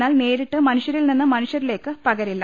എന്നാൽ നേരിട്ട് മനുഷ്യരിൽ നിന്ന് മനുഷ്യരിലേക്ക് പകരില്ല